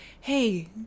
hey